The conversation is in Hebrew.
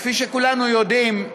כפי שכולנו יודעים,